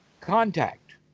contact